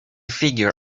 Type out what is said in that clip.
figure